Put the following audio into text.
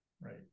right